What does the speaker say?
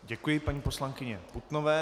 Děkuji paní poslankyni Putnové.